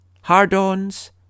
Hard-ons